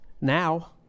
Now